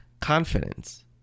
confidence